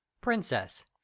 Princess